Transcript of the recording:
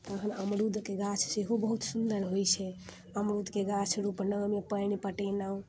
तहन अमरुदके गाछ सेहो बहुत सुन्दर होयत छै अमरुदके गाछ रोपलहुँ ओहिमे पानि पटेलहुँ